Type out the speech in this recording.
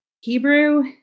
Hebrew